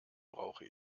brauche